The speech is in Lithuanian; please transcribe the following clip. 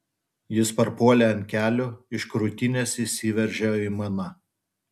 jis parpuolė ant kelių iš krūtinės išsiveržė aimana